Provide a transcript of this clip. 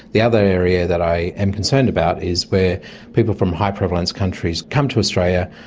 the other area that i am concerned about is where people from high prevalence countries come to australia,